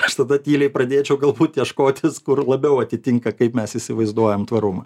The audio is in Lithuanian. aš tada tyliai pradėčiau galbūt ieškotis kur labiau atitinka kaip mes įsivaizduojam tvarumą